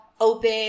open